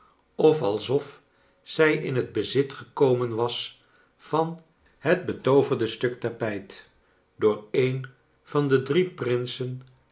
alsof zij in het bezit gekomen was van het hetooverde stuk tapijt door een van de drie prinsen